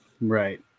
Right